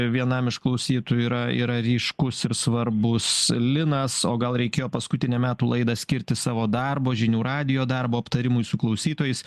vienam iš klausytojų yra yra ryškus ir svarbus linas o gal reikėjo paskutinę metų laidą skirti savo darbo žinių radijo darbo aptarimui su klausytojais